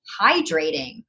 hydrating